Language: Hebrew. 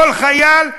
כל חייל,